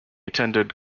attended